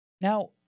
Now